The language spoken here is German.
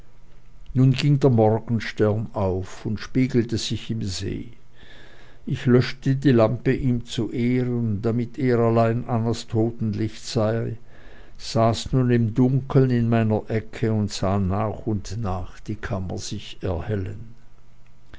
nun ging der morgenstern auf und spiegelte sich im see ich löschte die lampe ihm zu ehren damit er allein annas totenlicht sei saß nun im dunkeln in meiner ecke und sah nach und nach die kammer sich erhellen